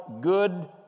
good